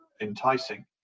enticing